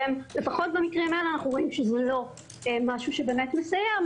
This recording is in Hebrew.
אנחנו רואים שזה לא באמת מסייע.